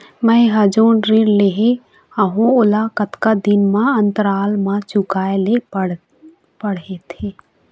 मैं हर जोन ऋण लेहे हाओ ओला कतका दिन के अंतराल मा चुकाए ले पड़ते?